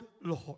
Lord